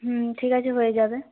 হুম ঠিক আছে হয়ে যাবে